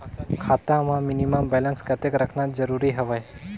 खाता मां minimum balance कतेक रखना जरूरी हवय?